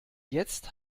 jetzt